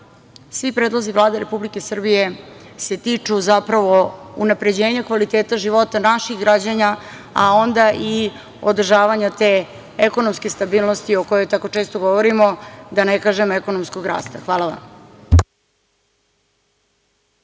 svi predlozi Vlade Republike Srbije se tiču zapravo unapređenja kvaliteta života naših građana, a onda i održavanja te ekonomske stabilnosti, o kojoj tako često govorimo, da ne kažem ekonomskog rasta. Hvala vam.